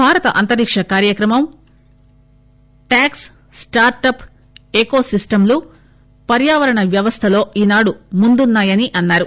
భారత అంతరిక్ష కార్యక్రమం టాక్స్ స్టార్ట్ అప్ ఎకో సిస్టమ్ లు పర్యావరణ వ్యవస్థ లో ఈనాడు ముందున్సాయని అన్సారు